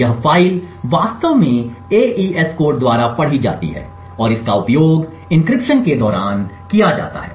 यह फ़ाइल वास्तव में एईएस कोड द्वारा पढ़ी जाती है और इसका उपयोग एन्क्रिप्शन के दौरान किया जाता है